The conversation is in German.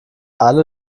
alle